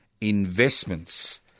investments